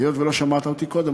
היות שלא שמעת אותי קודם,